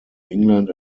england